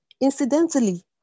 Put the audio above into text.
Incidentally